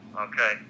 Okay